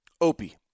Opie